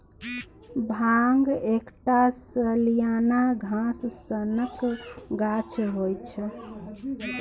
भांग एकटा सलियाना घास सनक गाछ होइ छै